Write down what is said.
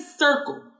circle